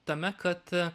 tame kad